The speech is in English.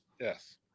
Yes